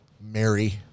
Mary